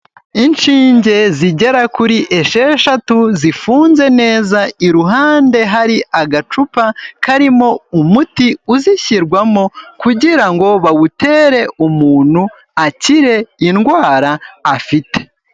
Inshinge zigera kuri esheshatu zifunze neza, iruhande hari agacupa karimo umuti uzishyirwamo, kugira ngo bawutere umuntu akire indwara afite.